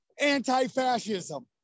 anti-fascism